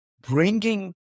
bringing